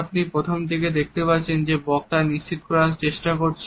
আপনি প্রথম ছবিটিতে দেখতে পাচ্ছেন যে বক্তা নিশ্চিত করার চেষ্টা করছে